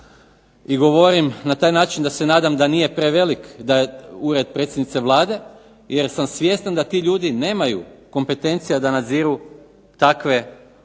i govorim na taj način da se nadam da nije prevelik Ured predsjednice Vlade, jer sam svjestan da ti ljudi nemaju kompetencija da nadziru takve